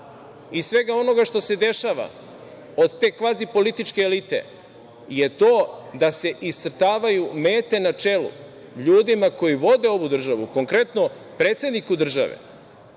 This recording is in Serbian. i svega onoga što se dešava od te kvazi političke elite, da se iscrtavaju mete na čelu ljudima koji vode ovu državu. Konkretno, predsedniku države,